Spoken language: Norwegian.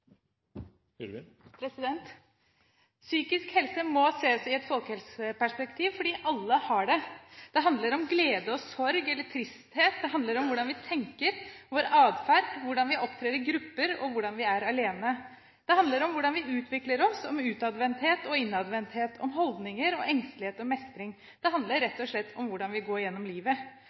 igjen. Psykisk helse må ses i et folkehelseperspektiv, fordi alle har det. Det handler om glede og sorg, eller tristhet, det handler om hvordan vi tenker, vår atferd, hvordan vi opptrer i grupper, og hvordan vi er alene. Det handler om hvordan vi utvikler oss, om utadvendthet og innadvendthet, om holdninger og om engstelighet og mestring. Det handler rett og slett om hvordan vi går gjennom livet.